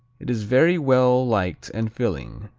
it is very well liked and filling,